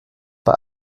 bei